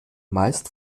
meist